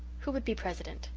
who would be president?